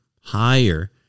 higher